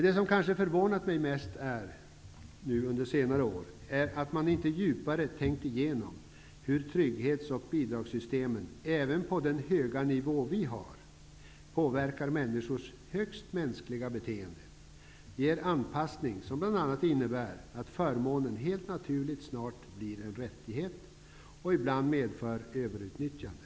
Det som kanske under senare år har förvånat mig mest är att man inte djupare har tänkt igenom hur trygghets och bidragssystemen, även på den höga nivå som vi har, påverkar människors högst mänskliga beteende. De ger en anpassning som bl.a. innebär att förmånen, helt naturligt, snart blir en rättighet, vilket ibland medför överutnytt jande.